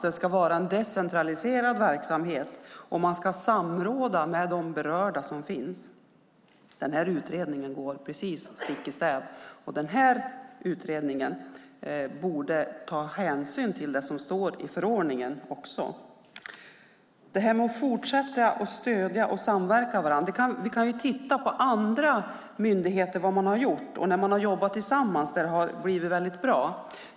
Det ska vara en decentraliserad verksamhet, och man ska samråda med de berörda som finns. Den här utredningen går precis stick i stäv med detta, fast den borde ta hänsyn till det som står i förordningen. När det gäller att fortsätta stödja och samverka med varandra kan vi se vad andra myndigheter har gjort. När man har jobbat tillsammans har det blivit väldigt bra.